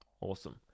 Awesome